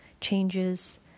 changes